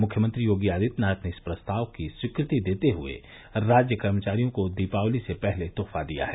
मुख्यमंत्री योगी आदित्यनाथ ने इस प्रस्ताव की स्वीकृति देते हुए राज्य कर्मचारियों को दीपावली से पहले तोहफा दिया है